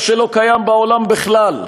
מה שלא קיים בעולם בכלל,